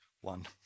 one